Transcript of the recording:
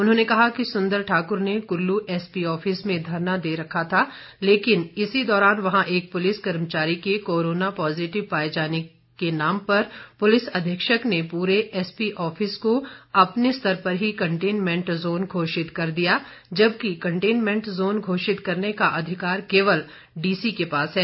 उन्होंने कहा कि सुंदर ठाकुर ने कुल्लू एसपी ऑफिस में धरना दे रखा था लेकिन इसी दौरान वहां एक पुलिस कर्मचारी के कोरोना पॉजिटिव पाए जाने को नाम पर पुलिस अधीक्षक ने पूरे एसपी ऑफिस को अपने स्तर पर ही कंटेनमेंट जोन घोषित कर दिया जबकि कंटेनमेंट जोन घोषित करने का अधिकार केवल डीसी के पास है